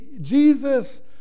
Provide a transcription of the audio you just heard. Jesus